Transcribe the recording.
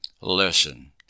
Listen